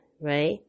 right